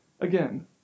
again